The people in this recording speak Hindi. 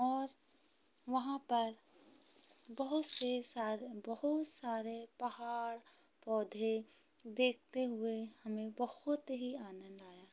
और वहाँ पर बहुत ढ़ेर सारे बहुत सारे पहाड़ पौधे देखते हुए हमें बहुत ही आनंद आया